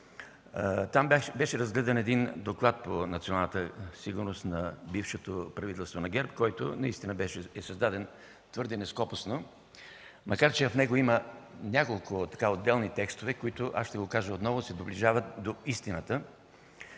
Там беше разгледан един доклад по националната сигурност на бившето правителство на ГЕРБ, който наистина е създаден твърде нескопосано, макар че в него има няколко отделни текстове, които, ще го кажа отново, се доближават до истината.